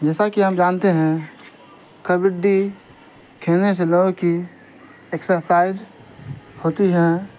جیسا کہ ہم جانتے ہیں کبڈی کھیلنے سے لوگوں کی اکسرسائز ہوتی ہیں